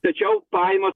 tačiau pajamos